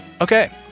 Okay